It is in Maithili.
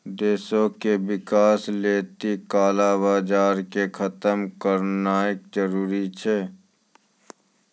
देशो के विकास लेली काला बजार के खतम करनाय जरूरी छै